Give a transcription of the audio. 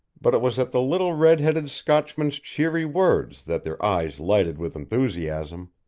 but it was at the little red-headed scotchman's cheery words that their eyes lighted with enthusiasm.